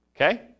Okay